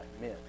men